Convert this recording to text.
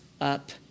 up